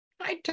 Hi